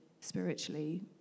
spiritually